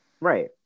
Right